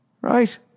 Right